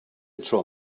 tro